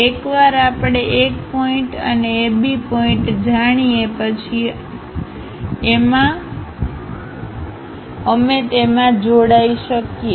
એકવાર આપણે 1 પોઇન્ટ અને AB પોઇન્ટ જાણીએ પછી અમે તેમાં જોડાઈ શકીએ